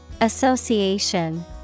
Association